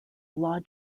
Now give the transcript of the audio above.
law